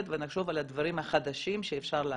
ונחשוב על הדברים החדשים שאפשר להכניס,